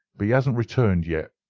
but he has not returned yet.